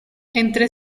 entre